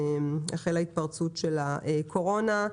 החלה התפרצות של הקורונה.